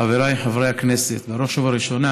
חבריי חברי הכנסת, בראש ובראשונה